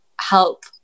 help